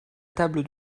table